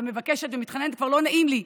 מבקשת ומתחננת וכבר לא נעים לי.